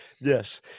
Yes